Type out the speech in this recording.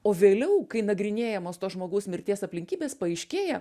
o vėliau kai nagrinėjamos to žmogaus mirties aplinkybės paaiškėja